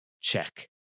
check